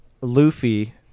Luffy